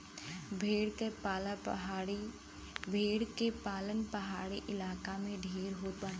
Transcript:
भेड़ के पालन पहाड़ी इलाका में ढेर होत बाटे